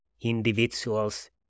individuals